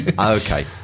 Okay